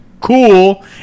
cool